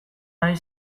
ari